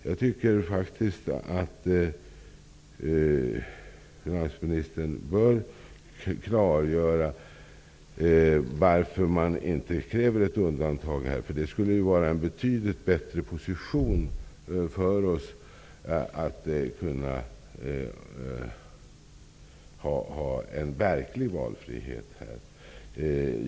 Jag tycker faktiskt att finansministern bör klargöra varför man inte kräver ett undantag här. Det skulle innebära en betydligt bättre position för oss att ha en verklig valfrihet.